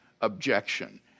objection